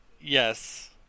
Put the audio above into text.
Yes